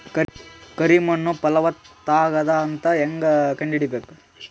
ಕರಿ ಮಣ್ಣು ಫಲವತ್ತಾಗದ ಅಂತ ಹೇಂಗ ಕಂಡುಹಿಡಿಬೇಕು?